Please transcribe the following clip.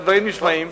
והדברים נשמעים,